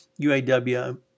UAW